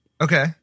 Okay